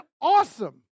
awesome